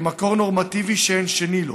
כמקור נורמטיבי שאין שני לו.